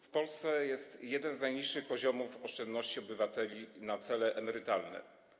W Polsce jest jeden z najniższych poziomów oszczędności obywateli na cele emerytalne.